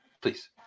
Please